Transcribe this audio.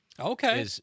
Okay